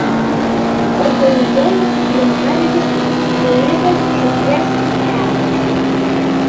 organizuojamas kulinarinis kruizas žuvies kelias